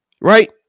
Right